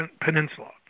Peninsula